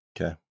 Okay